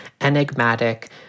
enigmatic